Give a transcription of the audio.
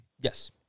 Yes